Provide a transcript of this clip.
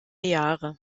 jahre